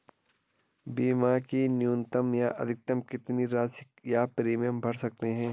बीमा की न्यूनतम या अधिकतम कितनी राशि या प्रीमियम भर सकते हैं?